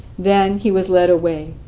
then he was led away.